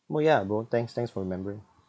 oh ya bro thanks thanks for remembering